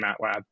MATLAB